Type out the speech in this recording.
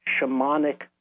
shamanic